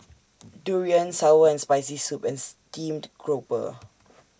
Durian Sour and Spicy Soup and Steamed Grouper